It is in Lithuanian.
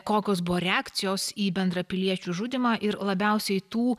kokios buvo reakcijos į bendrapiliečių žudymą ir labiausiai tų